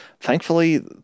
thankfully